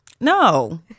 no